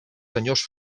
senyors